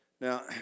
Now